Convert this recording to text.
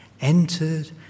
Entered